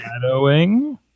shadowing